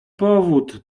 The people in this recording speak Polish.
powód